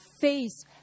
face